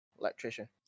electrician